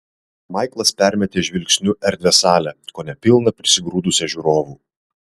maiklas permetė žvilgsniu erdvią salę kone pilną prisigrūdusią žiūrovų